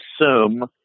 assume